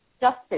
justice